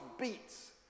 beats